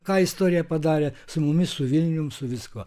ką istorija padarė su mumis su vilnium su viskuo